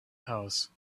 house